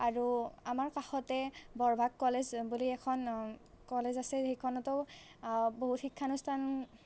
আৰু আমাৰ কাষতে বৰভাগ কলেজ বুলি এখন কলেজ আছে সেইখনতো বহুত শিক্ষানুষ্ঠান